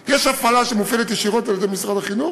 קודם, יש הפעלה ישירה על-ידי משרד החינוך,